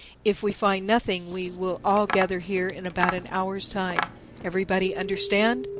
if we find nothing we will all gather here in about an hour's time everybody understand?